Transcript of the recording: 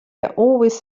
always